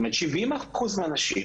זאת אומרת ש-70 אחוז מהאנשים